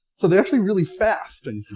so they're actually really fast, and